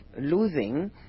losing